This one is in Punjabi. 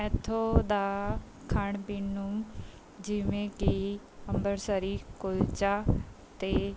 ਇੱਥੋਂ ਦਾ ਖਾਣ ਪੀਣ ਨੂੰ ਜਿਵੇਂ ਕਿ ਅੰਮ੍ਰਿਤਸਰੀ ਕੁਲਚਾ ਅਤੇ